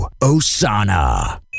Osana